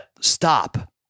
Stop